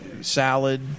salad